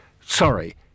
Sorry